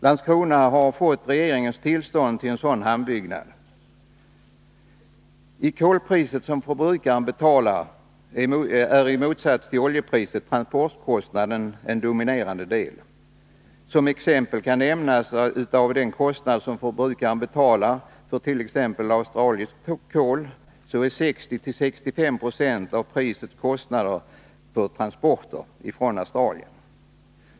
Landskrona har fått regeringens tillstånd till en sådan hamnutbyggnad. I det kolpris som förbrukaren betalar är, i motsats till oljepriset, transportkostnaden en dominerande del. Som exempel kan nämnas att av det pris som förbrukaren betalar för australiskt kol är 60-65 96 kostnader för transporter från Australien.